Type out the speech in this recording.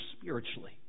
spiritually